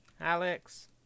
Alex